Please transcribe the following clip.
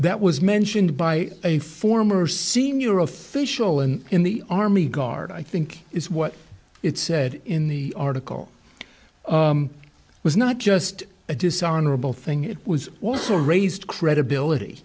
that was mentioned by a former senior official and in the army guard i think is what it said in the article was not just a dishonorable thing it was also raised credibility